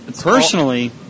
Personally